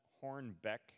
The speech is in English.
Hornbeck